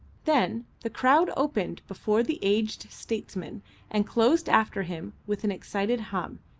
then the crowd opened before the aged statesman and closed after him with an excited hum,